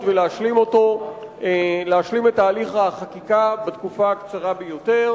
ולהשלים את תהליך החקיקה בתקופה הקצרה ביותר.